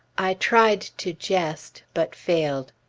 i tried to jest, but failed.